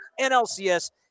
NLCS